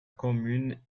commune